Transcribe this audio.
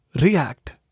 react